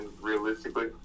realistically